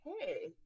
hey